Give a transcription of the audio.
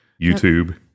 YouTube